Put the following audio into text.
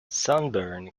sunburn